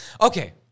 okay